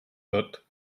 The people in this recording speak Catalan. tot